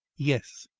yes.